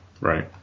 right